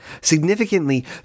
Significantly